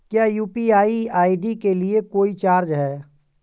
क्या UPI ID के लिए कोई चार्ज है?